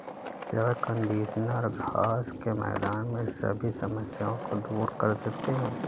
क्या कंडीशनर घास के मैदान में सभी समस्याओं को दूर कर देते हैं?